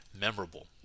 memorable